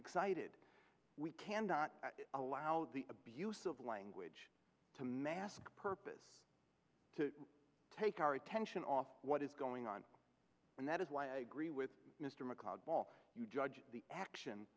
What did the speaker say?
excited we cannot allow the abuse of language to mask purpose to take our attention off what is going on and that is why gree with mr macleod paul you judge the action